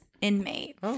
inmate